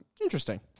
Interesting